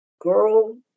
girl